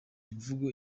imvugo